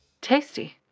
Tasty